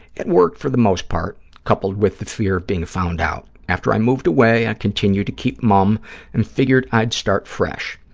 it worked, for the most part, coupled with the fear of being found out. after i moved away, i continued to keep mum and figured i'd start fresh.